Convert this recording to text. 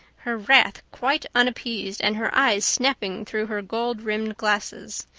her wrath quite unappeased and her eyes snapping through her gold-rimmed glasses.